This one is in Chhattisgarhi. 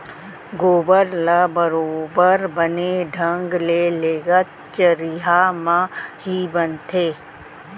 गोबर ल बरोबर बने ढंग ले लेगत चरिहा म ही बनथे